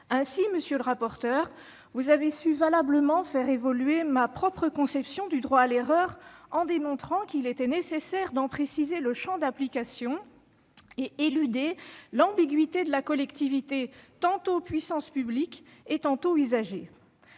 Ainsi, monsieur le rapporteur, vous avez su valablement faire évoluer ma propre conception du droit à l'erreur en démontrant qu'il était nécessaire d'en préciser le champ d'application et d'éluder l'ambiguïté de la collectivité tantôt puissance publique tantôt usager.